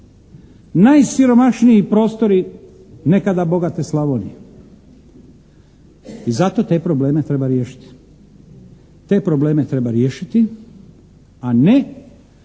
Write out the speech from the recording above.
Najsiromašniji prostori nekada bogate Slavonije. I zato te probleme treba riješiti. Te probleme treba riješiti, a ne